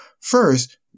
first